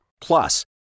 Plus